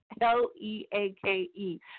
L-E-A-K-E